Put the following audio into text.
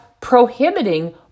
prohibiting